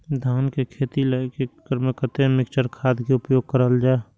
धान के खेती लय एक एकड़ में कते मिक्चर खाद के उपयोग करल जाय?